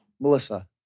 Melissa